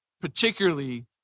particularly